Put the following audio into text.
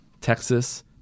texas